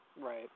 Right